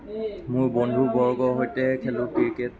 মোৰ বন্ধুবৰ্গৰ সৈতে খেলোঁ ক্ৰিকেট